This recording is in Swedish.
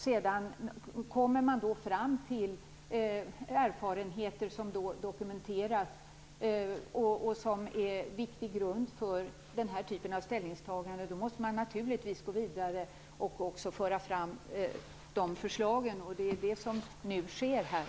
Sedan kommer man fram till erfarenheter som dokumenteras och som är viktig grund för denna typ av ställningstagande. Då måste man naturligtvis gå vidare och också föra fram förslagen. Det är det som nu sker.